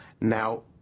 now